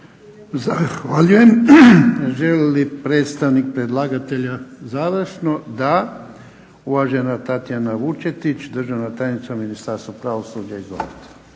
Zahvaljujem. Želi li predstavnik predlagatelja završno? Da. Uvažena Tatjana Vučetić, državna tajnica u Ministarstvu pravosuđa. Izvolite.